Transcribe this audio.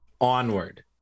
onward